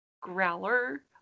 Growler